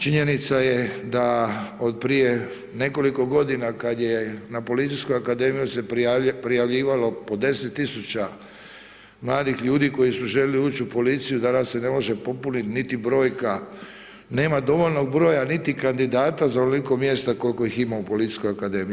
Činjenica je da od prije nekoliko godina kad na Policijskoj akademiji se prijavljivalo po 10 000 mladih ljudi koji su željeli ući u policiju, danas se me može popuniti niti brojka, nema dovoljno broja niti kandidata za onoliko mjesta koliko ima u Policijskoj akademiji.